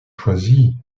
choisi